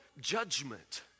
judgment